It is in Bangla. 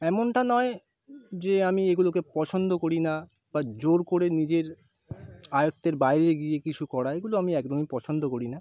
এমনটা নয় যে আমি এগুলোকে পছন্দ করি না বা জোর করে নিজের আয়ত্তের বাইরে গিয়ে কিছু করা এগুলো আমি একদমই পছন্দ করি না